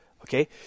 okay